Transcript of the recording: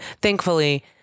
thankfully